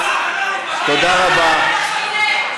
אדוני, בבקשה.